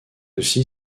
aussi